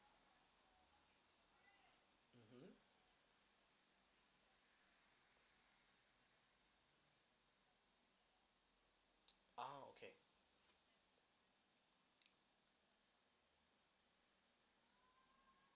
okay